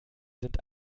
sind